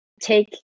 take